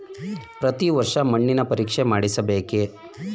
ಪ್ರತಿ ವರ್ಷ ಮಣ್ಣಿನ ಪರೀಕ್ಷೆ ಮಾಡಿಸಬೇಕೇ?